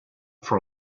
for